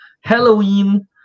Halloween